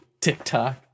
TikTok